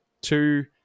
two